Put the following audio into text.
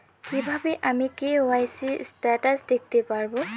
কিভাবে আমি KYC status দেখতে পারবো?